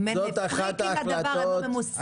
אם הם לא פריקים לדבר הם לא עושים.